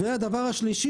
שלישית,